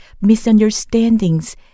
misunderstandings